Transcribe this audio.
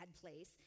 place